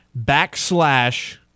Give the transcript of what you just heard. backslash